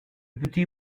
petit